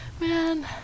man